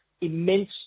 immense